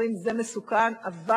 זה מחקר שנערך בתור מחקר מבוקר